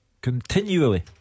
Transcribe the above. continually